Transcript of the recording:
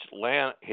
land